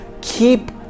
keep